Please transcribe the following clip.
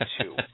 two